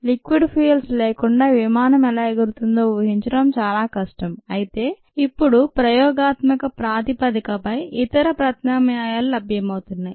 liquid fuels లేకుండా విమానం ఎలా ఎగురుతుందో ఊహించడం చాలా కష్టం అయితే ఇప్పుడు ప్రయోగాత్మక ప్రాతిపదికపై ఇతర ప్రత్యామ్నాయాలు లభ్యమవుతున్నాయి